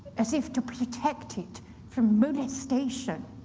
as if to protect it from molestation.